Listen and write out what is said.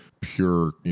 pure